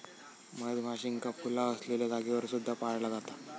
मधमाशींका फुला असलेल्या जागेवर सुद्धा पाळला जाता